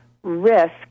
risk